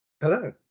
Hello